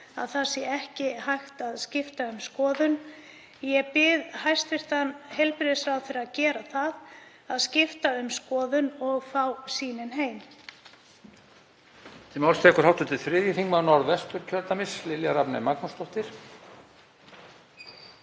að ekki sé hægt að skipta um skoðun. Ég bið hæstv. heilbrigðisráðherra að gera það, að skipta um skoðun og fá sýnin heim.